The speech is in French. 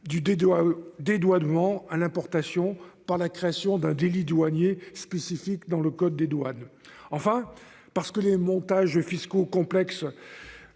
dédouanement à l'importation par la création d'un délit douanier spécifique dans le code des douanes. Enfin parce que les montages fiscaux complexes.